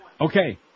Okay